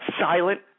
Silent